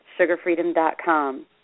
sugarfreedom.com